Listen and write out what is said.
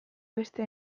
beste